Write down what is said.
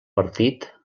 partit